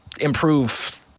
improve